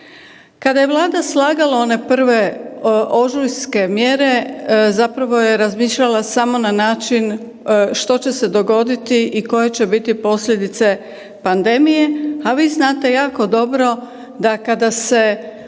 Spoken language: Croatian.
Kada je Vlada slagala one prve ožujske mjere zapravo je razmišljala samo na način što će se dogoditi i koje će biti posljedice pandemije, a vi znate jako dobro da kada se